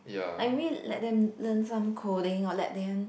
I mean let them learn some coding or let them